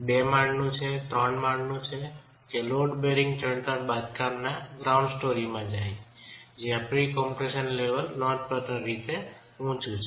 બે માળનું ત્રણ માળનું લોડ બેરિંગ ચણતર બાંધકામ ગ્રાઉન્ડ સ્ટોરમાં જયાં પ્રી કમ્પ્રેશન લેવલ નોંધપાત્ર રીતેં ઊચું છે